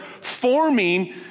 forming